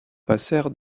passèrent